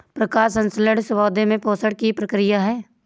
प्रकाश संश्लेषण पौधे में पोषण की प्रक्रिया है